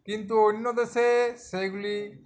কিন্তু অন্য দেশে সেগুলি